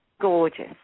gorgeous